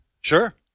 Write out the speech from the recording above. Sure